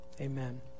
amen